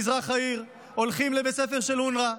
במזרח העיר, הולכים לבית ספר של אונר"א,